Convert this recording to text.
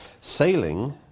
Sailing